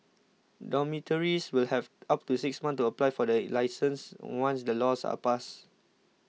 dormitories will have up to six months to apply for the licence once the laws are passed